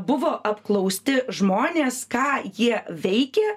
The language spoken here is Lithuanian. buvo apklausti žmonės ką jie veikė